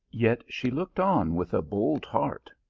yet she looked on with a bold heart,